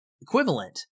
equivalent